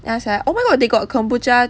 ya sia oh my god they got kombucha